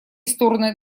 стороны